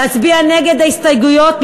להצביע נגד ההסתייגויות,